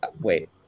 wait